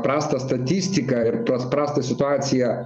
prastą statistiką ir tos prastą situaciją